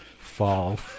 fall